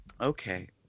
Okay